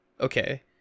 Okay